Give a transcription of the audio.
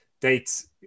dates